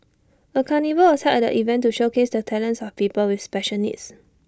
A carnival was held at the event to showcase the talents of people with special needs